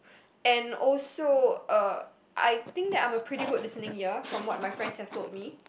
and also uh I think that I am a pretty good listening ear from what my friends have told me